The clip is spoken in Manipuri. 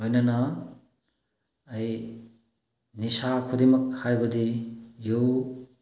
ꯂꯣꯏꯅꯅ ꯑꯩ ꯅꯤꯁꯥ ꯈꯨꯗꯤꯡꯃꯛ ꯍꯥꯏꯕꯗꯤ ꯌꯨ